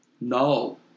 No